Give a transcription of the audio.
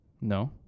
No